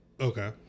Okay